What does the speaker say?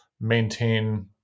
maintain